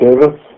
Davis